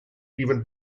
even